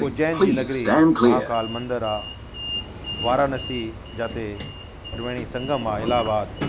उजैन जी नगरी माहाकाल मंदरु आहे वारानसी जाते त्रिवेणी संगम आहे इलाहाबाद